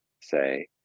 say